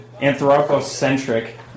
anthropocentric